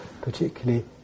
particularly